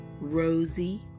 Rosie